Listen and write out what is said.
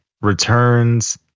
returns